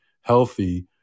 healthy